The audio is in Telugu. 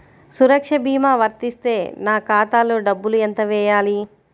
సురక్ష భీమా వర్తిస్తే నా ఖాతాలో డబ్బులు ఎంత వేయాలి?